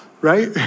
right